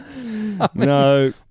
No